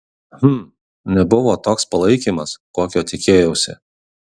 hm nebuvo toks palaikymas kokio tikėjausi